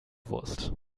wurst